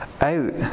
out